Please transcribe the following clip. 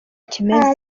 kimeze